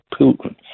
Putin